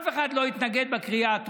אף אחד לא התנגד בקריאה הטרומית,